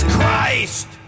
Christ